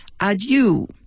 adieu